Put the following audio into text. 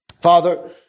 Father